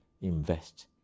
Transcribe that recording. invest